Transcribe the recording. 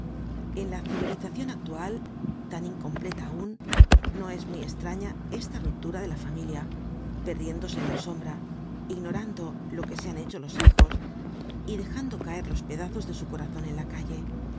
en la civilizacion actual tan incompleta aun no es muy estraña esta ruptura de la familia perdiéndose en la sombra ignorando lo que se han hecho los hijos y dejando caer los pedazos de su corazon en la calle